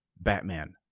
Batman